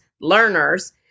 learners